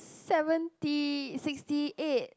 seventy sixty eight